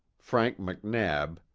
frank mcnab,